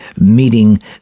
meeting